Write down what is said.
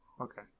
Okay